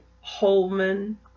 Holman